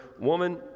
woman